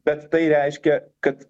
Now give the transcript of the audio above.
bet tai reiškia kad